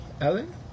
Ellen